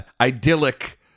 idyllic